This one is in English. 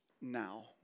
now